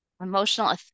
emotional